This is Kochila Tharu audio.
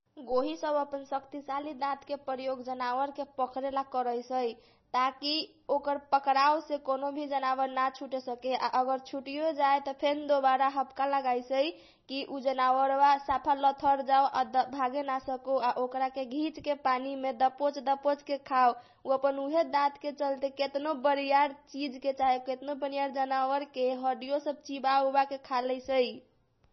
गोही सब अपन शक्तिशाली दातके प्रयोगसे जनावरके पकरेला करैसै ताकी ओकरा पकराउसे कौनौभी जनावर न छुटे सके आ अगर छुटीयो जाए त फेन दोबारा हपका लगाइसै कि उ जनावरवा सफा लथर जाए आ भागे नसको आ ओकनीके पानीमे दबोच दबोच के खाव उ अपन उहे दातके चलते केतनो बरियार चिजके चाहे केतनो बरियार जनावर के हडियो सब चिबा उबाके खालैसै ।